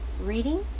reading